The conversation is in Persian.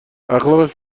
اخلاقش